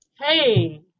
Hey